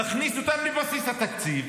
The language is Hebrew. נכניס אותם לבסיס התקציב,